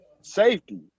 Safety